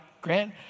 Grant